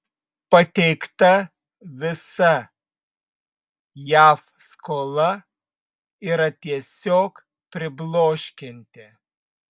pateikta visa jav skola yra tiesiog pribloškianti